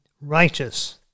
righteous